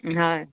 হয়